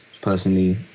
personally